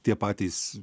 tie patys